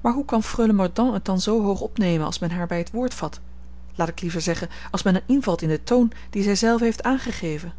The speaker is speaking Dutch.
maar hoe kan freule mordaunt het dan zoo hoog opnemen als men haar bij het woord vat laat ik liever zeggen als men invalt in den toon dien zij zelve heeft aangegeven